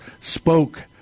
spoke